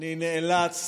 אני נאלץ